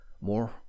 more